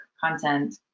content